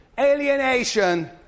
Alienation